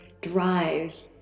drive